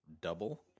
Double